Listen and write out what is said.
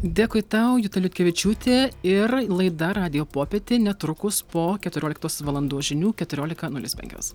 dėkui tau juta liutkevičiūtė ir laida radijo popietė netrukus po keturioliktos valandos žinių keturiolika nulis penkios